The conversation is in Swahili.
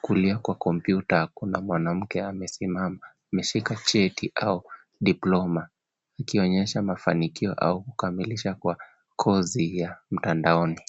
Kulia kwa kompyuta kuna mwanamke amesimama, ameshika cheti au diploma ikionyesha mafanikio au kukamilisha kwa kozi ya mtandaoni.